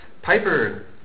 Piper